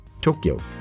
Tokyo